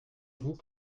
vous